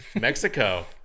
Mexico